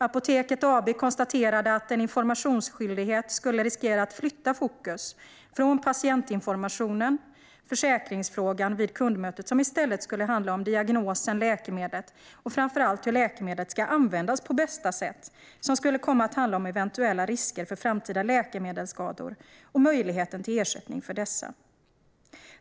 Apoteket AB konstaterade att en informationsskyldighet skulle riskera att flytta fokus från patientinformationen till försäkringsfrågan vid kundmötet, som i stället för att handla om diagnosen, läkemedlet och framför allt hur läkemedlet ska användas på bästa sätt skulle komma att handla om eventuella risker för framtida läkemedelsskador och möjligheten till ersättning för dessa.